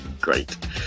Great